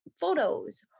photos